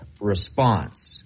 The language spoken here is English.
response